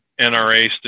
NRA